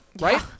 Right